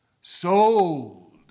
Sold